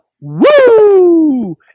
Woo